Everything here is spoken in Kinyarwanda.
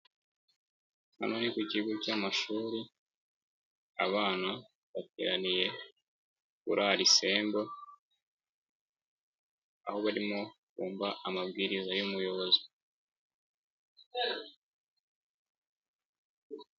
Hano ni ku kigo cy' amashuri, abana bateraniye kuri asembo, aho barimo bumva amabwiriza y'umuyobozi.